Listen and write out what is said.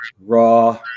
Raw